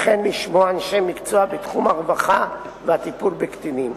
וכן לשמוע אנשי מקצוע בתחום הרווחה והטיפול בקטינים.